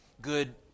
good